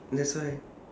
that's why